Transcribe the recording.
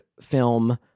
film